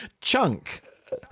Chunk